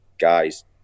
guys